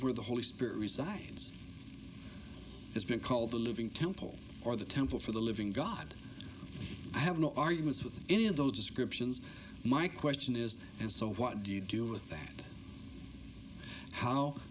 where the holy spirit resides has been called the living temple or the temple for the living god i have no argument with any of those descriptions my question is and so what do you do with that how